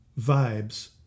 vibes